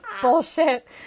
bullshit